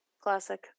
Classic